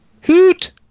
Hoot